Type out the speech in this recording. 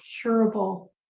curable